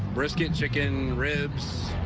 brisket chicken ribs.